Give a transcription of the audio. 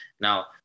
now